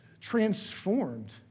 transformed